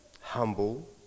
humble